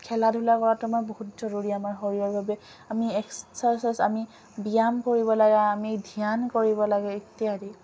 খেলা ধূলা কৰাতো আমাৰ বহুত জৰুৰী আমাৰ শৰীৰৰ বাবে আমি এক্সাৰচাইজ আমি ব্যায়াম কৰিব লাগে আমি ধ্যান কৰিব লাগে ইত্যাদি